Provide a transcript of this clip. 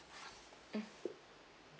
mm